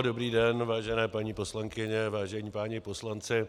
Dobrý den, vážené paní poslankyně, vážení páni poslanci.